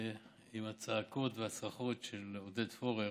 עם הצעקות והצרחות של עודד פורר,